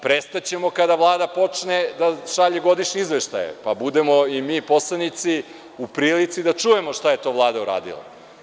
Prestaćemo kada Vlada počne da šalje godišnji izveštaj, pa i mi poslanici da budemo u prilici da čujemo šta je to Vlada uradila.